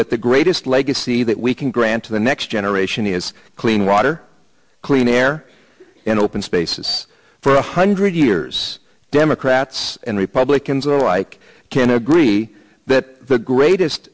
that the greatest legacy that we can grant to the next generation is clean water clean air and open spaces for one hundred years democrats and republicans alike can agree that the greatest